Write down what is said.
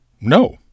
No